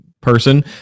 person